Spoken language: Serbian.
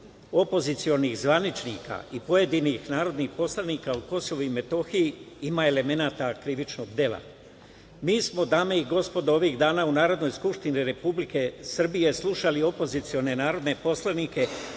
opozicionih zvaničnika i pojedinih narodnih poslanika o KiM ima elemenata krivičnog dela? Mi smo, dame i gospodo, ovih dana u Nardonoj skupštini Republike Srbije slušali opozicione narodne poslanike